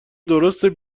درسته